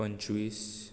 पंचवीस